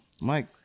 Mike